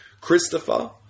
Christopher